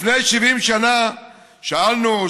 לפני 70 שנה שאלנו,